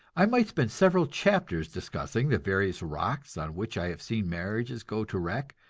i might spend several chapters discussing the various rocks on which i have seen marriages go to wreck.